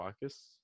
focus